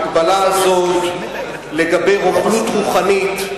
ההגבלה הזאת, לגבי רוכלות רוחנית,